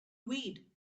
weed